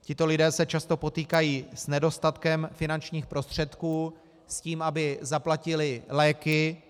Tito lidé se často potýkají s nedostatkem finančních prostředků, s tím, aby zaplatili léky.